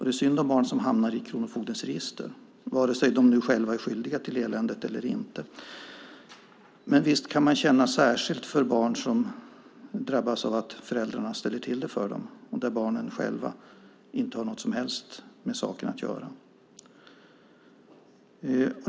Det är synd om barn som hamnar i kronofogdens register, vare sig de själva är skyldiga till eländet eller inte. Visst kan man känna särskilt för barn som drabbas av att föräldrarna ställer till det för dem och där barnen själva inte har något som helst med saken att göra.